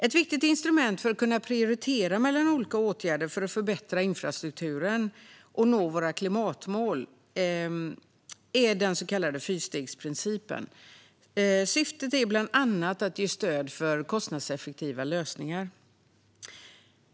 Ett viktigt instrument för att kunna prioritera mellan olika åtgärder för att förbättra infrastrukturen och nå våra klimatmål är den så kallade fyrstegsprincipen. Syftet är bland annat att ge stöd för kostnadseffektiva lösningar.